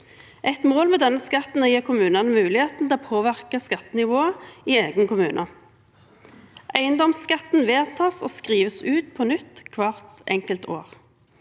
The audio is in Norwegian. Et mål med denne skatten er å gi kommunene muligheten til å påvirke skattenivået i egen kommune. Eiendomsskatten vedtas og skrives ut på nytt hvert enkelt år.